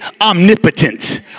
omnipotent